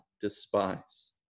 despise